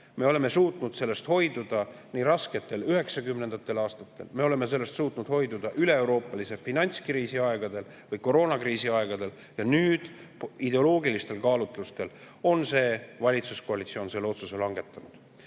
Me oleme suutnud sellest hoiduda nii rasketel üheksakümnendatel, me oleme sellest suutnud hoiduda üleeuroopalise finantskriisi ajal, koroonakriisi ajal. Ja nüüd on ideoloogilistel kaalutlustel valitsuskoalitsioon selle otsuse langetanud.